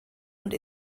und